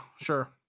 sure